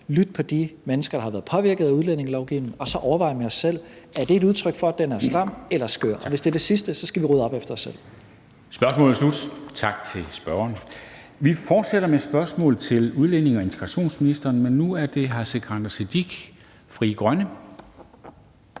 lytte til de mennesker, der har været påvirket af udlændingelovgivningen, og så overveje med os selv, om det er et udtryk for, at den er stram eller skør. Og hvis det er det sidste, skal vi rydde op efter os selv. Kl. 13:25 Formanden (Henrik Dam Kristensen): Spørgsmålet er slut. Tak til spørgeren. Vi fortsætter med spørgsmål til udlændinge- og integrationsministeren, men nu er det af hr. Sikandar Siddique, Frie Grønne.